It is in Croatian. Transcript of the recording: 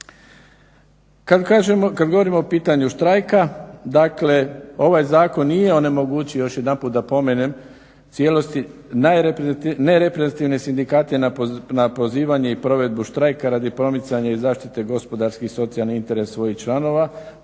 Kad govorimo o pitanju štrajka, dakle ovaj zakon nije onemogućio još jedanput da spomenem u cijelosti nereprezentativne sindikate na pozivanje i provedbu štrajka radi promicanja i zaštite gospodarski i socijalni interes svojih članova,